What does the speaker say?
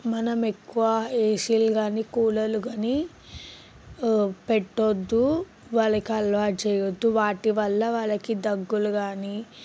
మనము ఎక్కువ ఏసీలు కానీ కూలర్లు కానీ పెట్టవద్దు వాళ్ళకి అలవాటు చేయొద్దు వాటి వల్ల వాళ్ళకి దగ్గులు కానీ